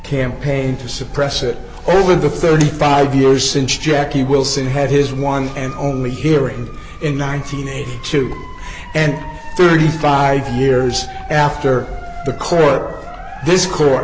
campaign to suppress it over the thirty five years since jackie wilson had his one and only hearing in ninety two and thirty five years after the court this court